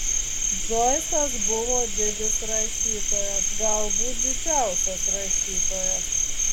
džoisas buvo didis rašytojas galbūt didžiausias rašytojas